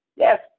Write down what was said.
Yes